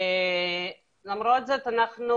למרות זאת אנחנו